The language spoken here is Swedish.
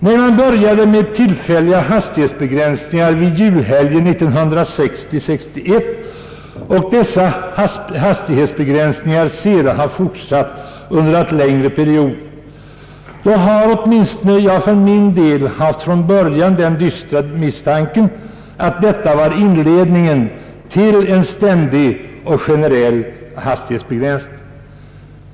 När man började med tillfälliga hastighetsbegränsningar, vid julhelgen 1960/61, och dessa hastighetsbegränsningar sedan har tillämpats under allt längre perioder, har åtminstone jag för min del från början haft den misstanken, att detta var inledningen till en ständig och generell hastighetsbegränsning.